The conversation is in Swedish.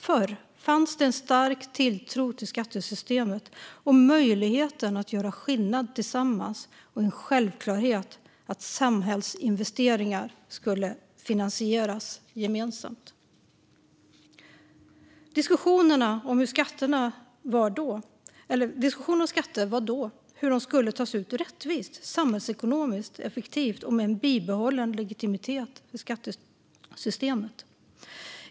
Förr fanns det en stark tilltro till skattesystemet och möjligheten att göra skillnad tillsammans. Det var en självklarhet att samhällsinvesteringar skulle finansieras gemensamt. Diskussionen om skatter var då hur de skulle tas ut rättvist, samhällsekonomiskt effektivt och med en bibehållen legitimitet för skattesystemet.